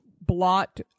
blot